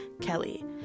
kelly